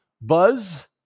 buzz